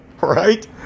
Right